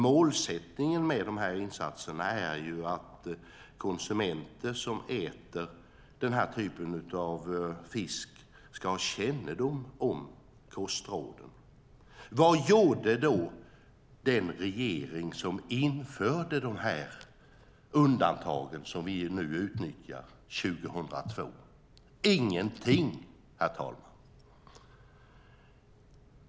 Målsättningen med insatserna är att konsumenter som äter den här typen av fisk ska ha kännedom om kostråden. Vad gjorde den regering som 2002 införde de undantag som vi nu utnyttjar? Man gjorde ingenting.